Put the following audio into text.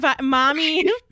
mommy